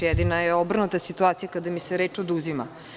Jedino je obrnuta situacija kada mi se reč oduzima.